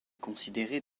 considérée